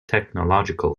technological